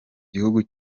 gihugu